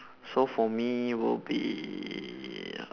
so for me will be